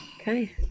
Okay